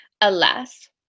Alas